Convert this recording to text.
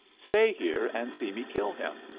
stay here and see me kill him,